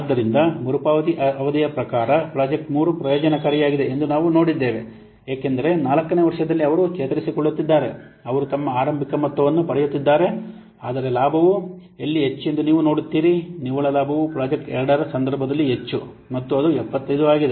ಆದ್ದರಿಂದ ಮರುಪಾವತಿ ಅವಧಿಯ ಪ್ರಕಾರ ಪ್ರಾಜೆಕ್ಟ್ 3 ಪ್ರಯೋಜನಕಾರಿಯಾಗಿದೆ ಎಂದು ನಾವು ನೋಡಿದ್ದೇವೆ ಏಕೆಂದರೆ 4 ನೇ ವರ್ಷದಲ್ಲಿ ಅವರು ಚೇತರಿಸಿಕೊಳ್ಳುತ್ತಿದ್ದಾರೆ ಅವರು ತಮ್ಮ ಆರಂಭಿಕ ಮೊತ್ತವನ್ನು ಪಡೆಯುತ್ತಿದ್ದಾರೆ ಆದರೆ ಲಾಭವು ಎಲ್ಲಿ ಹೆಚ್ಚು ಎಂದು ನೀವು ನೋಡುತ್ತೀರಿ ನಿವ್ವಳ ಲಾಭವು ಪ್ರಾಜೆಕ್ಟ್ 2 ರ ಸಂದರ್ಭದಲ್ಲಿ ಹೆಚ್ಚು ಮತ್ತು ಅದು 75 ಆಗಿದೆ